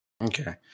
Okay